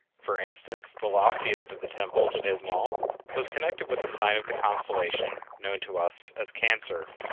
for instance, the loftiest of the temples at izamal was connected with the sign of the constellation known to us as cancer,